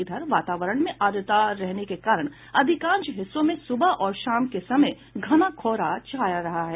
इधर वातावरण में आर्द्रता रहने के कारण अधिकांश हिस्सों में सुबह और शाम के समय घना कोहरा छा रहा है